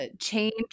change